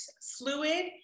fluid